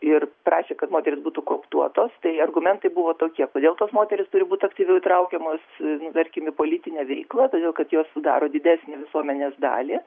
ir prašė kad moterys būtų kooptuotos tai argumentai buvo tokie kodėl tos moterys turi būti aktyviau įtraukiamos į tarkime politinę veiklą todėl kad jos sudaro didesnę visuomenės dalį